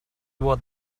was